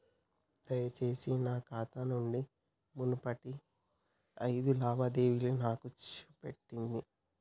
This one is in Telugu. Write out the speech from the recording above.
దయచేసి నా ఖాతా నుంచి మునుపటి ఐదు లావాదేవీలను నాకు చూపెట్టండి